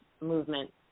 movement